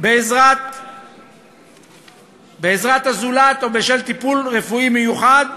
בעזרת הזולת, או בשל טיפול רפואי מיוחד,